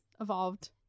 evolved